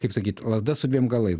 kaip sakyt lazda su dviem galais